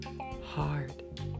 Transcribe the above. Hard